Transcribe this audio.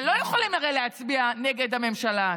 שלא יכולים הרי להצביע נגד הממשלה,